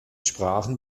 sprachen